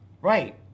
Right